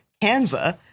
Kansas